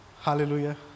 Hallelujah